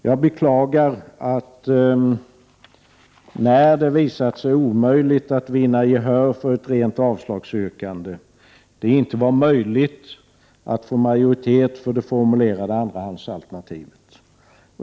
Jag beklagar att när det visat sig omöjligt att vinna gehör för ett rent avslagsyrkande det inte var möjligt att få majoritet för det formulerade andrahandsalternativet.